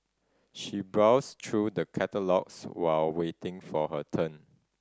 she browsed through the catalogues while waiting for her turn